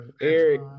Eric